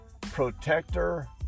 Protector